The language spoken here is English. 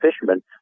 fishermen